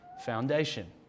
foundation